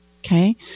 okay